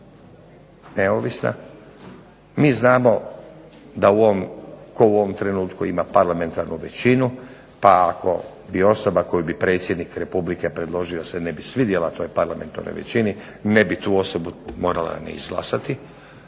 neovisna. Mi znamo tko u ovom trenutku ima parlamentarnu većinu pa bi osoba koju bi predsjednik Republike predloži da se ne bi svidjela toj parlamentarnoj većini ne bi tu osobu morala ni izglasati.